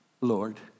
Lord